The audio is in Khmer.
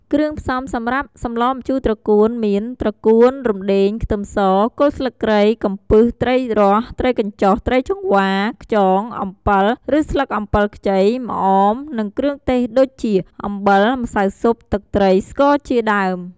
គ្រឿងផ្សំំសម្រាប់សម្លម្ជូរត្រកួនមាន ត្រកួន រំដេង ខ្ទឹមស គល់ស្លឹកគ្រៃ កំពឹស ត្រីរ៉ស់ ត្រីកញ្ចុះ ត្រីចង្វា ខ្យង អំពិលឬស្លឹកអំពិលខ្ចី ម្អម និងគ្រឿងទេសដូចជា អំបិល ម្សៅស៊ុប ទឹកត្រី ស្ករជាដើម។